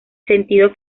sentido